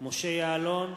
משה יעלון,